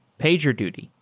pagerduty,